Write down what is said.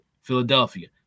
Philadelphia